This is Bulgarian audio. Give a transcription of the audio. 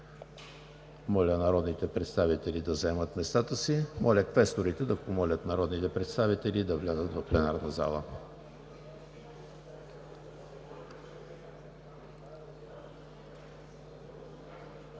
Моля народните представители да заемат местата си. Моля квесторите да помолят народните представители да влязат в пленарната зала.